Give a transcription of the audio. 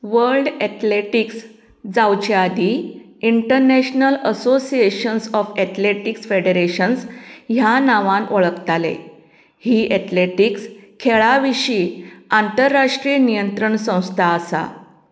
world athletics जावचे आदीं international association of athletics federations ह्या नांवान ओळखताले ही एथलेटिक्स खेळा विशीं आंतरराश्ट्रीय नियंत्रक संस्था आसा